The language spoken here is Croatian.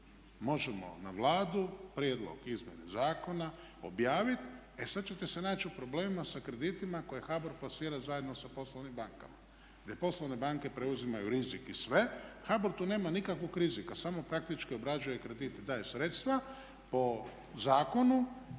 Možemo na Vladu prijedlog izmjene zakona objaviti. E sad ćete se naći u problemima sa kreditima koje HBOR plasira zajedno sa poslovnim bankama, gdje poslovne banke preuzimaju rizik i sve. HBOR tu nema nikakvog rizika, samo praktički obrađuje kredite, daje sredstva. Po zakonu